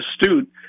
astute